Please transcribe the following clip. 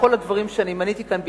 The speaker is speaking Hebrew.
בכל הדברים שאני מניתי כאן בקצרה,